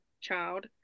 child